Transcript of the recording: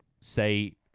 say